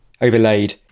overlaid